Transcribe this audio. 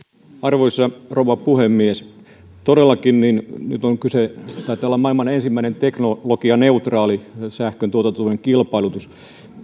arvoisa rouva puhemies todellakin nyt taitaa olla kyse maailman ensimmäisestä teknologianeutraalista sähköntuotantotuen kilpailutuksesta